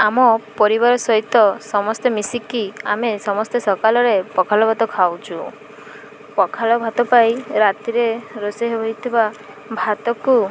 ଆମ ପରିବାର ସହିତ ସମସ୍ତେ ମିଶିକି ଆମେ ସମସ୍ତେ ସକାଳରେ ପଖାଳ ଭାତ ଖାଉଛୁ ପଖାଳ ଭାତ ପାଇଁ ରାତିରେ ରୋଷେଇ ହୋଇଥିବା ଭାତକୁ